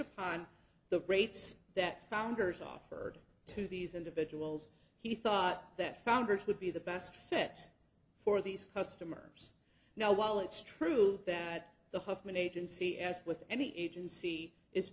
upon the rates that founders offered to these individuals he thought that founders would be the best fit for these customers now while it's true that the huffman agency as with any agency i